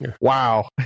wow